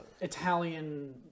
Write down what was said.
Italian